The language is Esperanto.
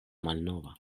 malnova